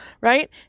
Right